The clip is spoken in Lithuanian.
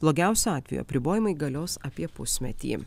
blogiausiu atveju apribojimai galios apie pusmetį